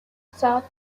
south